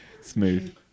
Smooth